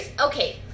okay